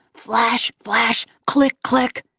flash, flash, click, click.